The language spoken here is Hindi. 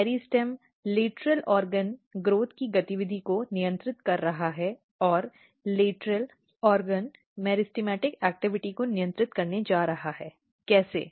मेरिस्टेम लेटरल अंग वृद्धि की गतिविधि को नियंत्रित कर रहा है और लेटरल अंग मेरिस्टेमेटिक गतिविधि को नियंत्रित करने जा रहा है कैसे